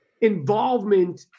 involvement